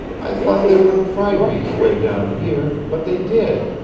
i thought they wouldn't find me away down here, but they did.